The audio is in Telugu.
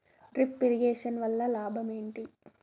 డ్రిప్ ఇరిగేషన్ వల్ల లాభం ఏంటి?